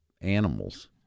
animals